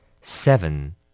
Seven